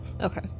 Okay